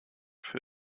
für